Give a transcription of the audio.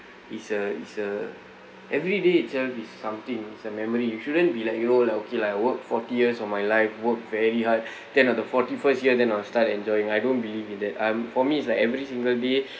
it's a it's a every day itself is something is memory you shouldn't be like you know like okay lah I work forty years of my life work very hard then on the forty first year then I'll start enjoying I don't believe in that I'm for me it's like every single day